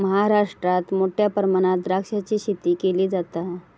महाराष्ट्रात मोठ्या प्रमाणात द्राक्षाची शेती केली जाता